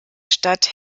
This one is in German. stadt